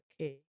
okay